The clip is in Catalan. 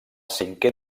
cinquè